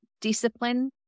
discipline